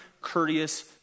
courteous